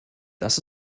das